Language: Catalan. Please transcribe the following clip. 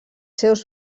seus